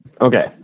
Okay